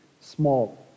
small